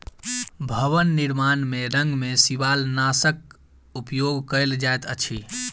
भवन निर्माण में रंग में शिवालनाशक उपयोग कयल जाइत अछि